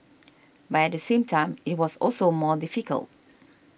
but at the same time it was also more difficult